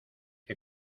que